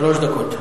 שלוש דקות.